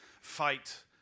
fight